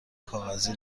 کاغذی